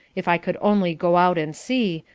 if i could only go out and see,